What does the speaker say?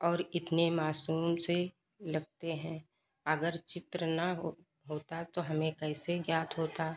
और इतने मासूम से लगते हैं अगर चित्र न हो होता तो हमें कैसे ज्ञात होता